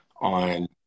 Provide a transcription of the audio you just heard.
on